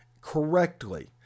correctly